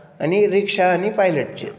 आनी रिक्षा आनी पायलटचे